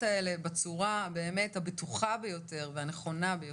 האלה בצורה באמת הבטוחה ביותר והנכונה ביותר.